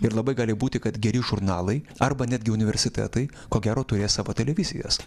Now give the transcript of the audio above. ir labai gali būti kad geri žurnalai arba netgi universitetai ko gero turės savo televizijas